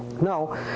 Now